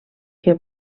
que